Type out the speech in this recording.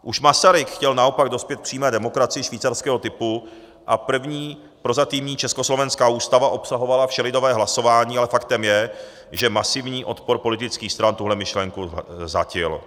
Už Masaryk chtěl naopak dospět k přímé demokracii švýcarského typu a první prozatímní československá Ústava obsahovala všelidové hlasování, ale faktem je, že masivní odpor politických stran tuhle myšlenku zhatil.